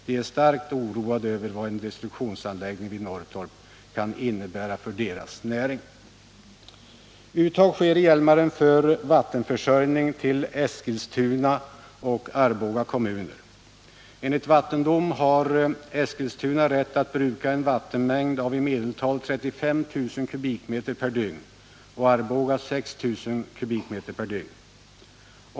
De är starkt oroade över vad en destruktionsanläggning i Norrtorp kan innebära för deras räkning. Uttag sker i Hjälmaren för vattenförsörjning av Eskilstuna och Arboga kommuner. Enligt vattendom har Eskilstuna rätt att bruka en vattenmängd 175 av i medeltal 35 000 m3 dygn.